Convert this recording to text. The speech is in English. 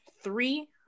three